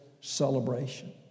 Celebration